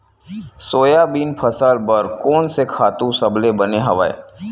Soybean फसल बर कोन से खातु सबले बने हवय?